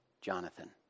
Jonathan